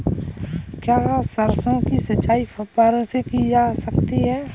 क्या सरसों की सिंचाई फुब्बारों से की जा सकती है?